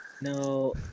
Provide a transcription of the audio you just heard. No